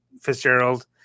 Fitzgerald